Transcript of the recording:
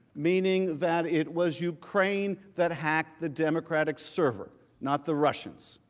meaning that it was ukraine that hacked the democratic server. not the russians.